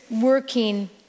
working